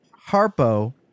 Harpo